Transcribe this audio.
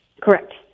Correct